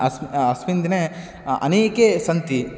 अस् अस्मिन् दिने अनेकाः सन्ति